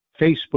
Facebook